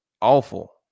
awful